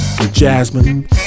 Jasmine